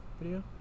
video